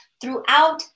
throughout